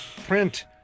print